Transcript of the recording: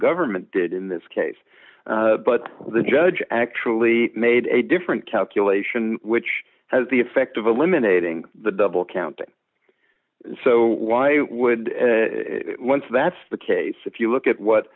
government did in this case but the judge actually made a different calculation which has the effect of eliminating the double counting so why would once that's the case if you look at what